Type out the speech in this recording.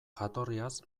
jatorriaz